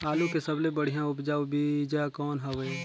आलू के सबले बढ़िया उपजाऊ बीजा कौन हवय?